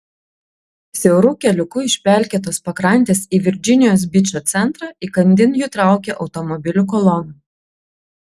siauru keliuku iš pelkėtos pakrantės į virdžinijos bičo centrą įkandin jų traukė automobilių kolona